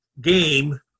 game